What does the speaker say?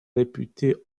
réputé